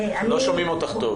לא שומעים אותך טוב.